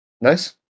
Nice